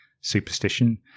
superstition